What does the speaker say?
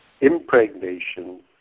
Impregnation